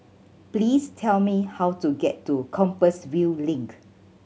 please tell me how to get to Compassvale Link